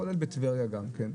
כולל בטבריה גם כן,